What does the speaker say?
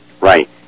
Right